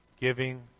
Giving